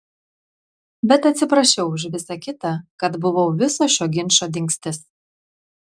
bet atsiprašiau už visa kita kad buvau viso šio ginčo dingstis